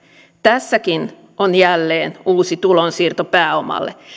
tässäkin on jälleen uusi tulonsiirto pääomalle